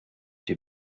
die